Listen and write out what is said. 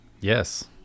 Yes